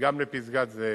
גם לפסגת-זאב.